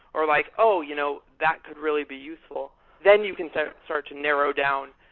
or like, oh! you know that could really be useful. then, you can start to narrow down,